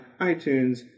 iTunes